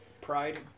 Pride